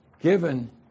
given